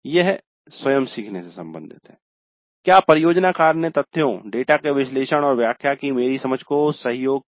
यह स्वयं सीखने से संबंधित है क्या परियोजना कार्य ने तथ्यों डेटा के विश्लेषण और व्याख्या की मेरी समझ को सहयोग किया